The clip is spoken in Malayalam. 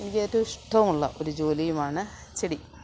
എനിക്ക് ഏറ്റും ഇഷ്ടവും ഉള്ള ഒരു ജോലിയുമാണ് ചെടി